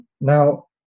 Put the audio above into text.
Now